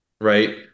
right